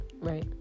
right